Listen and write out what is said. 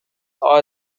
are